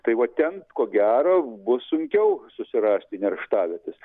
tai va ten ko gero bus sunkiau susirasti nerštavietes